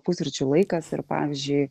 pusryčių laikas ir pavyzdžiui